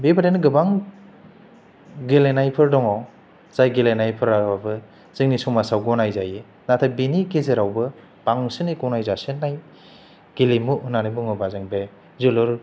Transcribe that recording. बेबादिनो गोबां गेलेनायफोर दङ जाय गेलेनायफ्राबो जोंनि समाजाव गनाय जायो नाथाय बेनि गेजेरावबो बांसिनै गनायजासिन्नाय गेलेमु होननानै बुङोबा जों बे जोलुर